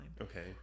Okay